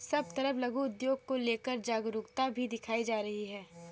सब तरफ लघु उद्योग को लेकर जागरूकता भी दिखाई जा रही है